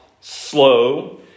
slow